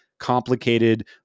complicated